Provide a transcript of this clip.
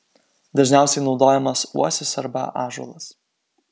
dažniausiai naudojamas uosis arba ąžuolas